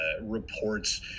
reports